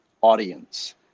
Audience